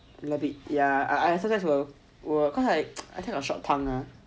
labbit ya I sometimes will will I kind of short toungue ah